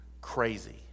crazy